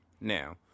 Now